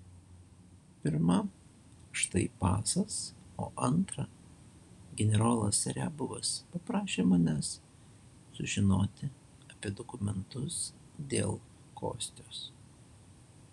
pirma štai pasas o antra generolas riabovas paprašė manęs sužinoti apie dokumentus dėl kostios